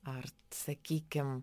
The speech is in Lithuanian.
ar sakykim